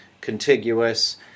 contiguous